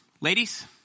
Ladies